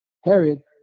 harriet